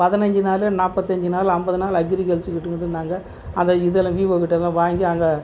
பதினஞ்சு நாளு நாற்பத்தஞ்சி நாள் ஐம்பது நார் அக்ரிகல்ச்சர் அதை இதில் விவோக்கிட்டேலாம் வாங்கி அங்கே